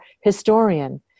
historian